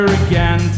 again